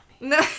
No